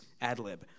ad-lib